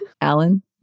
Alan